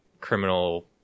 criminal